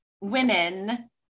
women